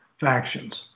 factions